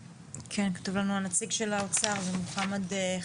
כתוב לנו הנציג של האוצר זה מוחמד,